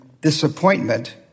disappointment